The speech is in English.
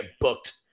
booked